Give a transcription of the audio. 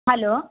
hello